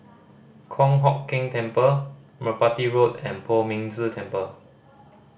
Kong Hock Keng Temple Merpati Road and Poh Ming Tse Temple